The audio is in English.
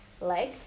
leg